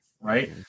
right